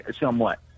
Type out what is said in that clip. Somewhat